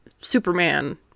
Superman